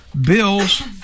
bills